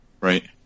right